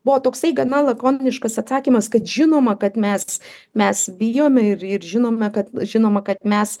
buvo toksai gana lakoniškas atsakymas kad žinoma kad mes mes bijome ir ir žinome kad žinoma kad mes